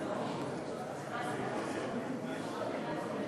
בוא, בוא.